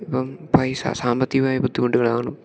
ഇപ്പം പൈസ സാമ്പത്തികമായ ബുദ്ധിമുട്ടുകൾ കാണും